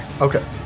Okay